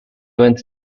went